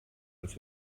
als